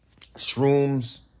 Shroom's